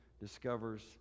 discovers